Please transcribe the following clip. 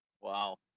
Wow